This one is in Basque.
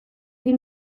egin